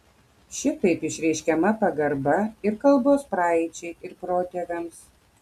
šitaip išreiškiama pagarba ir kalbos praeičiai ir protėviams